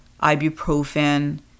ibuprofen